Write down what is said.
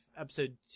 Episode